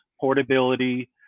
portability